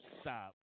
Stop